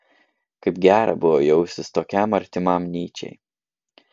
kaip gera buvo jaustis tokiam artimam nyčei